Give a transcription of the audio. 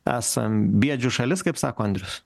esam bėdžių šalis kaip sako andrius